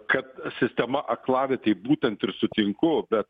kad sistema aklavietėj būtent ir sutinku bet